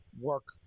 work